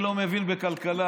אתה אפס בהבנה בכלכלה.